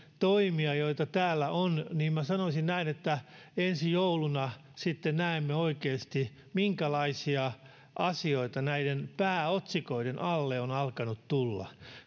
toimista joita täällä on minä sanoisin näin että ensi jouluna sitten näemme oikeasti minkälaisia asioita näiden pääotsikoiden alle on alkanut tulla